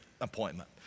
appointment